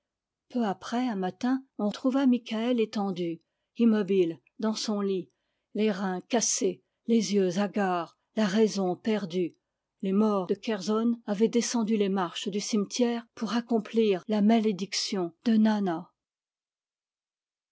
peu après un matin on trouva mikaël étendu immobile dans son lit les reins cassés les yeux hagards la raison perdue les morts de kerzonn avaient descendu les marches du cimetière pour accomplir la malédiction de nanna